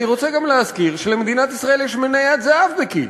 אני רוצה גם להזכיר שלמדינת ישראל יש מניית זהב בכי"ל,